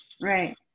Right